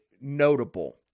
notable